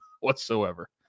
whatsoever